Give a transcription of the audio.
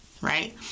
right